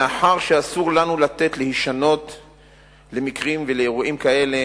מאחר שאסור לנו לתת למקרים ולאירועים כאלה